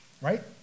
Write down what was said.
right